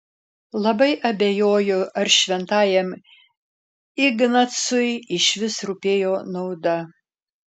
labai abejoju ar šventajam ignacui išvis rūpėjo nauda